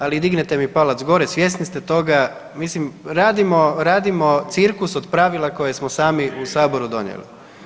Ali dignete mi palac gore svjesni ste toga, mislim radimo cirkus od pravila koje smo sami u saboru donijeli.